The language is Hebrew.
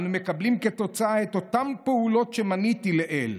אנו מקבלים כתוצאה את אותן פעולות שמניתי לעיל.